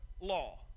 law